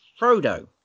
Frodo